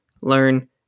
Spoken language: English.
learn